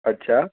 અચ્છા